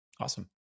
awesome